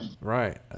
Right